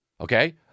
Okay